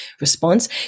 response